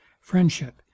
friendship